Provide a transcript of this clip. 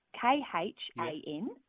K-H-A-N